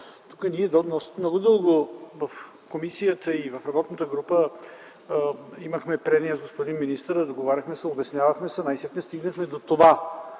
брошка. Ние много дълго в комисията и в работната група имахме прения с господин министъра – разговаряхме се, обяснявахме се и най-сетне стигнахме до това